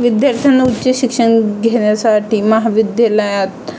विद्यार्थ्यांना उच्च शिक्षण घेण्यासाठी महाविद्यालयात